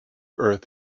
earth